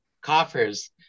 coffers